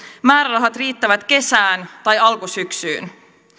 määrärahat riittävät kesään tai alkusyksyyn